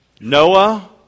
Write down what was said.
Noah